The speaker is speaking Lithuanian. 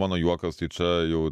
mano juokas tai čia jau